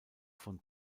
von